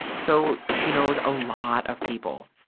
so she knows a lot of people.